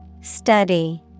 Study